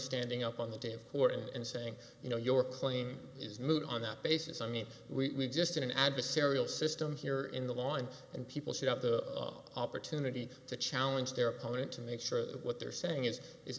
standing up on the day of court and saying you know your claim is moot on that basis i mean we just in an adversarial system here in the lawn and people shout the opportunity to challenge their opponent to make sure that what they're saying is i